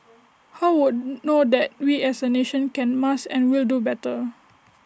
he would know that we as A nation can must and will do better